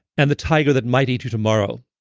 and the tiger that might eat you tomorrow.